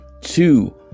Two